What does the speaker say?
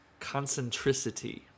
Concentricity